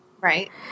Right